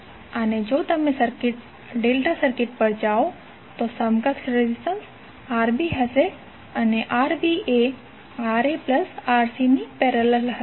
અને જો તમે ડેલ્ટા સર્કિટ પર જાઓ તો સમકક્ષ રેઝિસ્ટન્સ Rb હશે અને Rb એ RaRcની પેરેલલ હશે